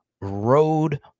road